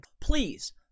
please